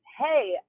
hey